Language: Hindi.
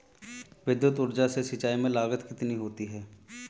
विद्युत ऊर्जा से सिंचाई में लागत कितनी होती है?